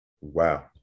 Wow